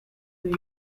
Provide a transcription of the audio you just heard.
the